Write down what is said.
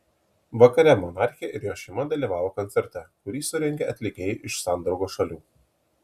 vakare monarchė ir jos šeima dalyvavo koncerte kurį surengė atlikėjai iš sandraugos šalių